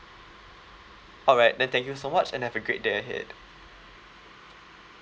alright then thank you so much and have a great day ahead